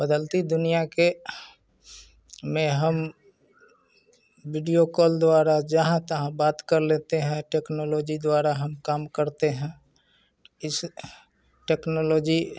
बदलती दुनिया के में हम बीडियो कॉल द्वारा जहाँ तहाँ बात कर लेते हैं टेक्नोलॉजी द्वारा हम काम करते हैं इस टेक्नोलॉजी